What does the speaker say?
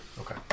Okay